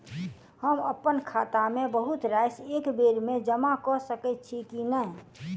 हम अप्पन खाता मे बहुत राशि एकबेर मे जमा कऽ सकैत छी की नै?